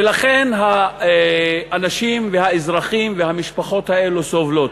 ולכן האנשים והאזרחים והמשפחות האלו סובלים,